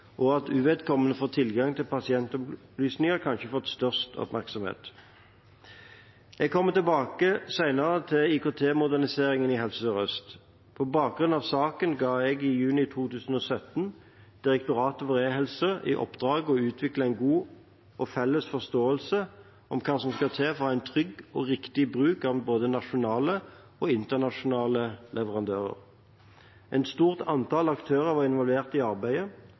og at uvedkommende får tilgang til pasientopplysninger, kanskje fått størst oppmerksomhet. Jeg kommer senere tilbake til IKT-moderniseringen i Helse Sør-Øst. På bakgrunn av saken ga jeg i juni 2017 Direktoratet for e-helse i oppdrag å utvikle en god og felles forståelse om hva som skal til for å ha en trygg og riktig bruk av både nasjonale og internasjonale leverandører. Et stort antall aktører var involvert i arbeidet: